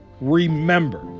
remember